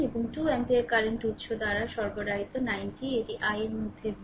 এবং 2 ampere current উত্স দ্বারা সরবরাহিত 90 এটি i এর মধ্যে v